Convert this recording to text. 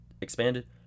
expanded